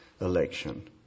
election